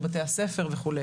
ובתי הספר וכו'.